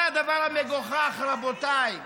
זה הדבר המגוחך, רבותיי.